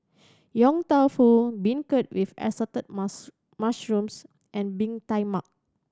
Yong Tau Foo beancurd with assorted mus mushrooms and Bee Tai Mak